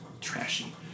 trashy